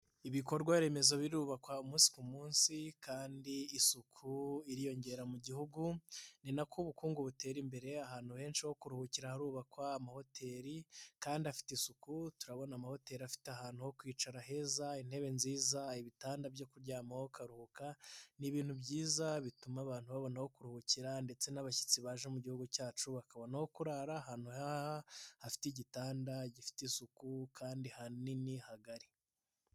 Ibikorwa remezo birubakwa umunsi ku munsi kandi isuku iriyongera mu gihugu. Ni nako ubukungu butera imbere ahantu henshi ho kuruhukira hahurubakwa. Amahoteli kandi afite isuku. Turabona amahoteli afite ahantu ho kwicara heza, intebe nziza, ibitanda byo kuryamaho ukaruhuka. Ni ibintu byiza bituma abantu babona aho kuruhukira ndetse n'abashyitsi baje mu gihugu cyacu bakabona aho kurara ahantu h'afite igitanda gifite isuku kandi hanini hagari.